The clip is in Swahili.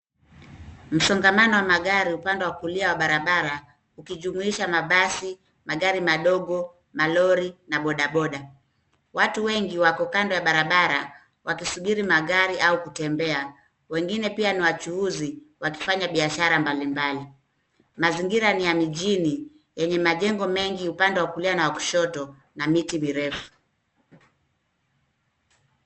Msongamano wa magari upande wa kulia wa barabara ukijumuisha mabasi, magari madogo, malori na bodaboda. Watu wengi wako kando ya barabara wakisubiri magari au kutembea. Wengine pia ni wachuuzi wakifanya biashara mbalimbali. Mazingira ni ya mijini yenye majengo mengi upande wa kulia na wa kushoto na miti mirefu.